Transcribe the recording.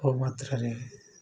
ବହୁ ମାତ୍ରାରେ